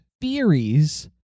theories